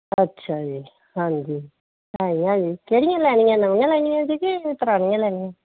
ਅੱਛਾ ਜੀ ਹਾਂਜੀ ਹੈ ਹੈ ਕਿਹੜੀਆਂ ਲੈਣੀਆਂ ਨਵੀਆਂ ਲੈਣੀਆਂ ਜੇ ਕਿ ਪੁਰਾਣੀਆਂ ਲੈਣੀਆਂ